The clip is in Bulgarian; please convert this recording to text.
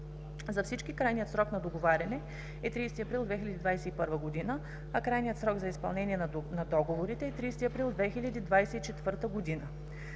За всички проекти крайният срок на договаряне е 30 април 2021 г., а крайният срок за изпълнение на договорите е 30 април 2024 г.